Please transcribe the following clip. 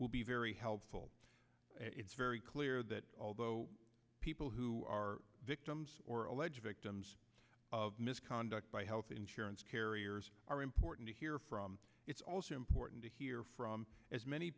will be very helpful it's very clear that although people who are victims or alleged victims of misconduct by health insurance carriers are important to hear from it's also important to hear from as many